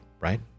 right